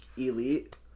elite